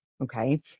Okay